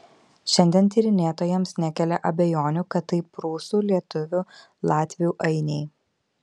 šiandien tyrinėtojams nekelia abejonių kad tai prūsų lietuvių latvių ainiai